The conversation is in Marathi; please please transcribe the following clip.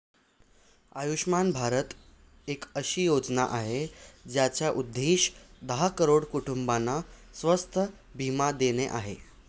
आयुष्यमान भारत एक अशी योजना आहे, ज्याचा उद्देश दहा करोड कुटुंबांना स्वास्थ्य बीमा देणे आहे